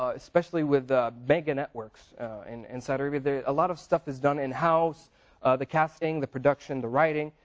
ah especially with the mega networks in and saudi but arabia. a lot of stuff is done in house the casting, the production, the writing.